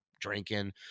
drinking